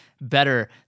better